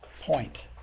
point